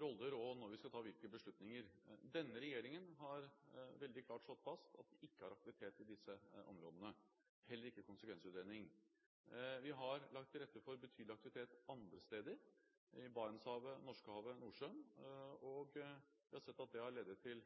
roller og når vi skal ta hvilke beslutninger. Denne regjeringen har veldig klart slått fast at vi ikke har aktivitet i disse områdene, heller ikke konsekvensutredning. Vi har lagt til rette for betydelig aktivitet andre steder, i Barentshavet, Norskehavet og Nordsjøen. Vi har sett at det har ledet til